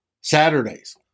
Saturdays